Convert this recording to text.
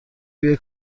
روی